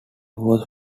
was